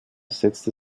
setzt